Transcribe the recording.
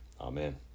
Amen